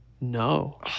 No